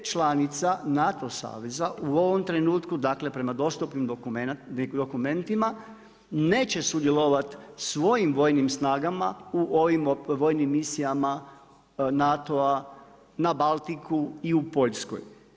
9 članica NATO saveza u ovom trenutku prema dostupnim dokumentima neće sudjelovati svojim vojnim snagama u ovim vojnim misijama NATO-a na Baltiku i u Poljskoj.